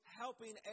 helping